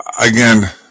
again